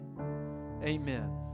amen